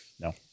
No